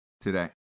today